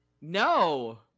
No